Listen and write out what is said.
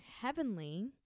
Heavenly